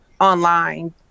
online